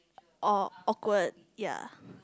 or awkward ya